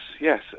yes